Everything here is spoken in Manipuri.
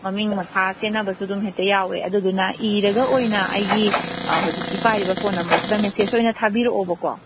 ꯃꯃꯤꯡ ꯃꯊꯥ ꯆꯦꯟꯅꯕꯁꯨ ꯑꯗꯨꯝ ꯍꯦꯛꯇ ꯌꯥꯎꯋꯦ ꯑꯗꯨꯗꯨꯅ ꯏꯔꯒ ꯑꯣꯏꯅ ꯑꯩꯒꯤ ꯍꯧꯖꯤꯛꯀꯤ ꯄꯥꯏꯔꯤꯕ ꯐꯣꯟ ꯅꯝꯕꯔꯁꯤꯗ ꯃꯦꯁꯦꯖ ꯑꯣꯏꯅ ꯊꯥꯕꯤꯔꯛꯑꯣꯕꯀꯣ